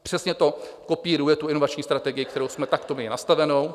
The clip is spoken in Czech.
Přesně to kopíruje inovační strategii, kterou jsme takto měli nastavenou.